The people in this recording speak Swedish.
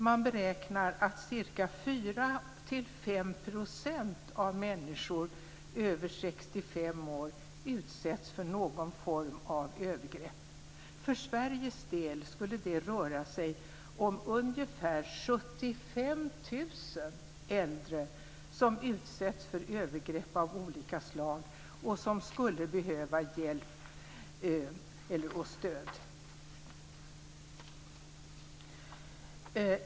Man beräknar att 4-5 % av alla människor över 65 år utsätts för någon form av övergrepp. För Sveriges del skulle det röra sig om ungefär 75 000 äldre som utsätts för övergrepp av olika slag och som skulle behöva hjälp och stöd.